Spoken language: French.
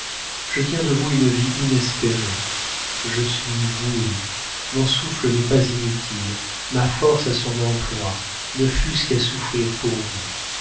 je tiens de vous une vie inespérée je suis voué mon souffle n'est pas inutile ma force a son emploi ne fût-ce qu'à souffrir pour vous